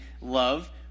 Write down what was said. love